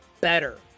better